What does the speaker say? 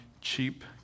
cheap